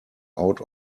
out